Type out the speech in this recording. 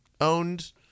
owned